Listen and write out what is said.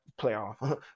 playoff